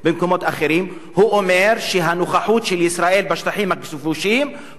הוא אומר שהנוכחות של ישראל בשטחים הכבושים היא הדבר הנכון.